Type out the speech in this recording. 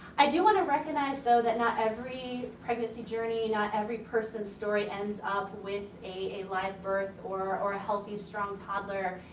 i do wanna recognize, though, that not every pregnancy journey, not every person's story ends up with a live birth or or a healthy, strong toddler.